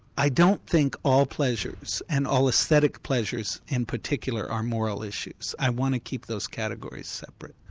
i don't think all pleasures and all aesthetic pleasures in particular, are moral issues. i want to keep those categories separate.